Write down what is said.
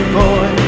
boy